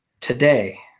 today